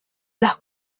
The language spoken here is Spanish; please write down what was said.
las